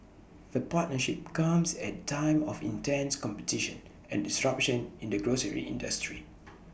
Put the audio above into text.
the partnership comes at A time of intense competition and disruption in the grocery industry